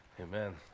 Amen